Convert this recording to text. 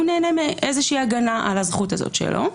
הוא נהנה מאיזה הגנה על הזכות הזאת שלו,